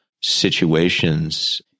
situations